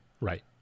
Right